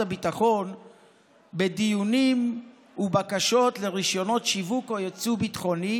הביטחון בדיונים ובקשות לרישיונות שיווק או יצוא ביטחוני